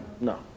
No